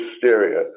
hysteria